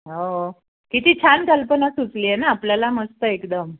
हो किती छान कल्पना सुचली आहे ना आपल्याला मस्त एकदम